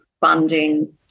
funding